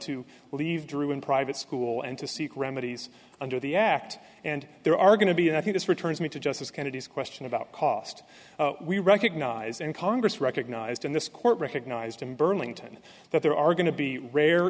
to leave drew in private school and to seek remedies under the act and there are going to be i think it's returns me to justice kennedy's question about cost we recognise in congress recognized in this court recognized in burlington that there are going to be rare